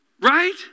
Right